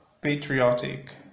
patriotic